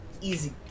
easy